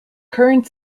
current